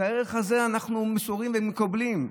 את הערך הזה אנחנו מוסרים ומקבלים.